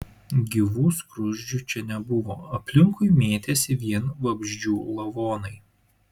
gyvų skruzdžių čia nebuvo aplinkui mėtėsi vien vabzdžių lavonai